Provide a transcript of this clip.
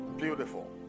Beautiful